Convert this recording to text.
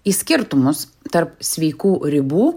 į skirtumus tarp sveikų ribų